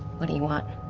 what do you want?